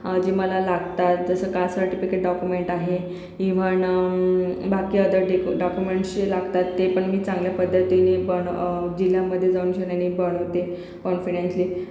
जे मला लागतात जसं कास्ट सर्टिफिकेट डॉक्युमेंट आहे इव्हन बाकी आदर ते डॉक्युमेंट्स जे लागतात ते पण मी चांगल्या पद्धतीने बन जिल्ह्यामध्ये जाऊनशान आणि बनवते कॉन्फिडन्टली